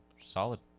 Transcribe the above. Solid